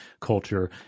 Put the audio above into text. culture